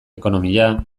ekonomia